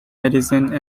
medicine